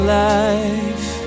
life